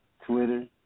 Twitter